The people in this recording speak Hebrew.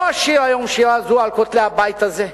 לא אשיר היום שירה זו על כותלי הבית הזה,